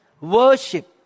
worship